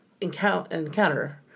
encounter